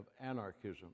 anarchism